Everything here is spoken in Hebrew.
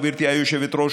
גברתי היושבת-ראש,